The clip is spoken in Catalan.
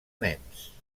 nens